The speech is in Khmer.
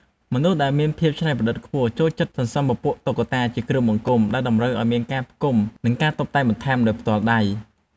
មនុស្សដែលមាន ភាពច្នៃប្រឌិតខ្ពស់ចូលចិត្តសន្សំពពួកតុក្កតាជាគ្រឿងបង្គុំដែលតម្រូវឱ្យមានការផ្គុំ និងការតុបតែងបន្ថែមដោយផ្ទាល់ដៃ។